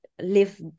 live